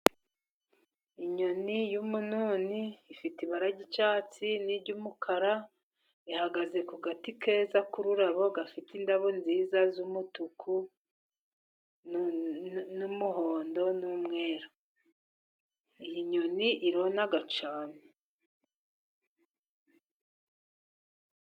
Inyoni y'umununi, ifite ibara ry'icyatsi n'iry'umukara. Ihagaze ku gati keza k'ururabo gafite indabo nziza z'umutuku n'umuhondo n'umweru. Iyi nyoni irona cyane.